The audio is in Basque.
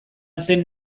zen